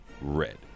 Red